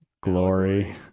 glory